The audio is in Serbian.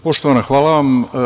Poštovana, hvala vam.